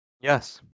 yes